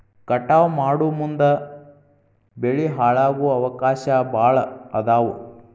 ಕಟಾವ ಮಾಡುಮುಂದ ಬೆಳಿ ಹಾಳಾಗು ಅವಕಾಶಾ ಭಾಳ ಅದಾವ